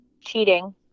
cheating